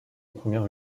première